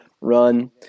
run